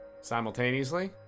Simultaneously